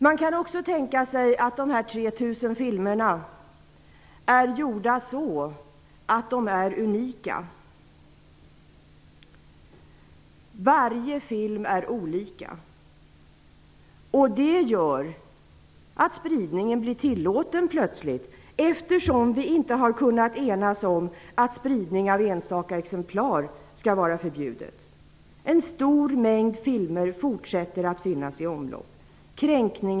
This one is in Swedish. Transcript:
Man kan också tänka sig att de 3 000 filmerna är unika, att varje film är olika. Det gör att spridning plötsligt blir tillåtet, eftersom vi inte har kunnat enas om att spridning av enstaka exemplar skall vara förbjudet. En stor mängd filmer fortsätter att finnas i omlopp.